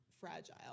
fragile